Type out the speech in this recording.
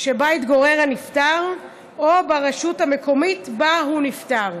שבה התגורר הנפטר או ברשות המקומית שבה הוא נפטר,